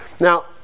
Now